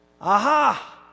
Aha